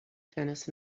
tennis